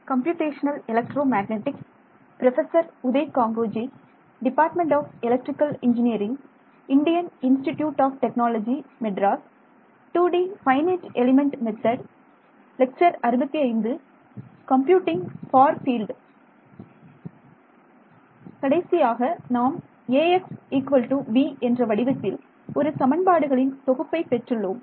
கடைசியாக நாம் Ax b என்ற வடிவத்தில் ஒரு சமன்பாடுகளின் தொகுப்பை பெற்றுள்ளோம்